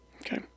Okay